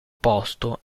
posto